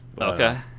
okay